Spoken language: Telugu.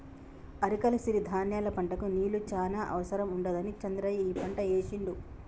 అరికల సిరి ధాన్యాల పంటకు నీళ్లు చాన అవసరం ఉండదని చంద్రయ్య ఈ పంట ఏశిండు